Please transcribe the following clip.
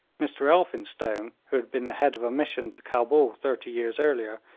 mr elphinstone, who had been the head of a mission to cabul thirty years earlier,